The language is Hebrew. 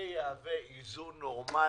זה יהווה איזון נורמלי,